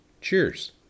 Cheers